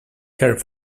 care